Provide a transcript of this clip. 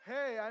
Hey